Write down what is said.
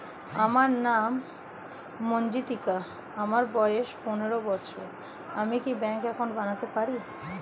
আমার নাম মজ্ঝন্তিকা, আমার পনেরো বছর বয়স, আমি কি ব্যঙ্কে একাউন্ট বানাতে পারি?